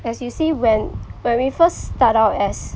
as you see when when we first start out as